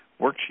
worksheet